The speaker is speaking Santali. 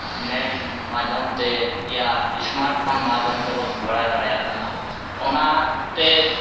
ᱱᱮᱴ ᱢᱟᱫᱽᱫᱷᱚᱢᱛᱮ ᱮᱭᱟ ᱥᱢᱟᱴᱯᱷᱳᱱ ᱢᱟᱫᱽᱫᱦᱚᱢ ᱛᱮᱵᱚᱱ ᱵᱟᱲᱟᱭ ᱫᱟᱲᱮᱭᱟᱜ ᱠᱟᱱᱟ ᱚᱱᱟᱛᱮ